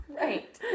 Right